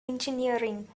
engineering